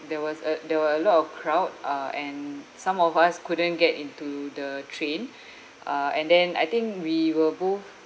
there was a there were a lot of crowd uh and some of us couldn't get into the train uh and then I think we were both